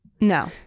no